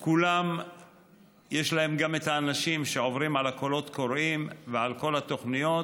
גם לכולם יש את האנשים שעוברים על הקולות קוראים ועל כל התוכניות,